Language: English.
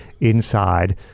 inside